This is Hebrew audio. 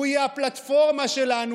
הוא יהיה הפלטפורמה שלנו.